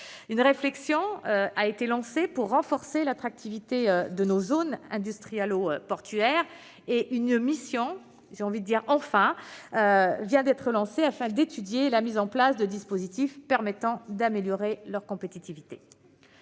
Une réflexion a été entreprise pour renforcer l'attractivité de nos zones industrialo-portuaires et une mission a été lancée afin d'étudier la mise en place de dispositifs permettant d'améliorer leur compétitivité.